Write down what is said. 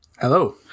Hello